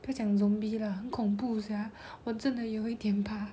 不要讲 zombie lah 很恐怖 sia 我真的有一点怕